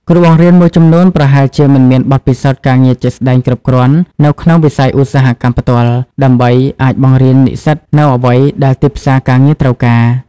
គ្រូបង្រៀនមួយចំនួនប្រហែលជាមិនមានបទពិសោធន៍ការងារជាក់ស្តែងគ្រប់គ្រាន់នៅក្នុងវិស័យឧស្សាហកម្មផ្ទាល់ ដើម្បីអាចបង្រៀននិស្សិតនូវអ្វីដែលទីផ្សារការងារត្រូវការ។